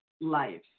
life